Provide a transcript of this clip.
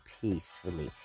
peacefully